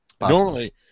Normally